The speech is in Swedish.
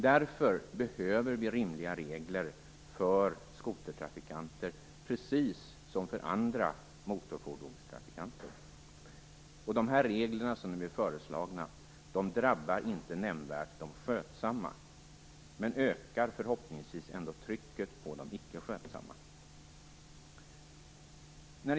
Därför behöver vi rimliga regler för skotertrafikanter, precis som för andra motorfordonstrafikanter. Dessa regler, som de är föreslagna, drabbar inte nämnvärt de skötsamma, men ökar förhoppningsvis ändå trycket på de icke skötsamma.